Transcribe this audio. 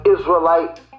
Israelite